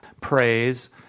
praise